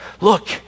look